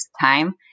time